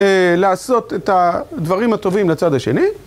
לעשות את הדברים הטובים לצד השני.